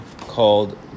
called